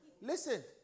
Listen